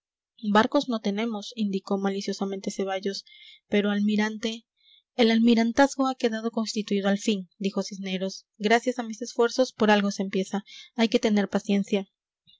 barcos no tenemos indicó maliciosamente ceballos pero almirante el almirantazgo ha quedado constituido al fin dijo cisneros gracias a mis esfuerzos por algo se empieza hay que tener paciencia